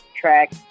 track